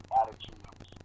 attitudes